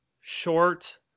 short